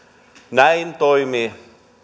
näin toimii